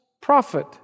prophet